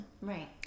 right